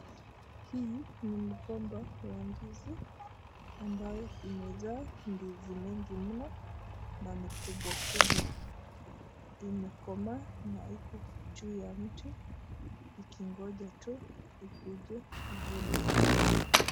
Hii ni mgomba wa ndizi ambayo imejaa ndizi mingi mno na ni kubwa kubwa, imekomaa na iko juu ya mti ikingoja tu ikuje ivunwe.